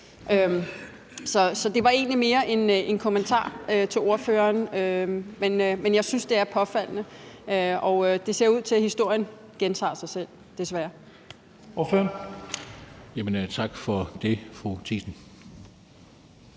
Så det var egentlig mere en kommentar til ordføreren, men jeg synes, det er påfaldende. Og det ser ud til, at historien gentager sig, desværre. Kl. 11:54 Første næstformand (Leif